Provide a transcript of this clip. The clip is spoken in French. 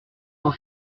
vos